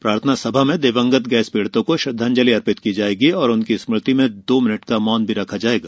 प्रार्थना सभा में दिवंगत गैस पीड़ितों को श्रद्धांजलि अर्पित की जायेगी और उनकी स्मृति में दो मिनिट का मौन भी रखा जाएगा